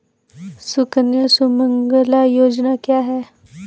सुकन्या सुमंगला योजना क्या है?